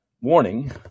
Warning